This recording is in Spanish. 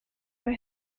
los